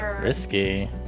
Risky